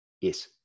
Yes